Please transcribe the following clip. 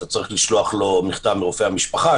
אתה צריך לשלוח לו מכתב מרופא המשפחה,